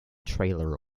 trailer